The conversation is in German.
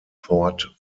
port